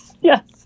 Yes